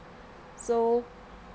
so